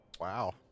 Wow